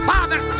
Father